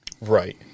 right